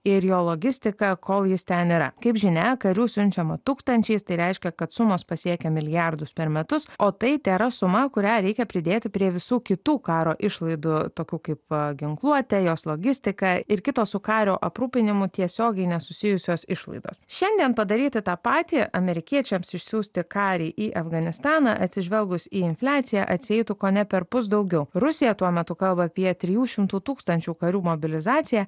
ir jo logistika kol jis ten yra kaip žinia karių siunčiama tūkstančiais tai reiškia kad sumos pasiekia milijardus per metus o tai tėra suma kurią reikia pridėti prie visų kitų karo išlaidų tokių kaip ginkluotė jos logistika ir kitos su kario aprūpinimu tiesiogiai nesusijusios išlaidos šiandien padaryti tą patį amerikiečiams išsiųsti karį į afganistaną atsižvelgus į infliaciją atsieitų kone perpus daugiau rusija tuo metu kalba apie trijų šimtų tūkstančių karių mobilizaciją